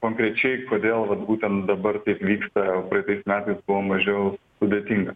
konkrečiai kodėl vat būtent dabar vyksta praeitais metais buvo mažiau sudėtinga